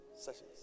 sessions